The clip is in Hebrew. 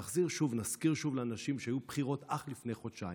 נזכיר שוב לאנשים שהיו בחירות אך לפני חודשיים.